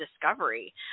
discovery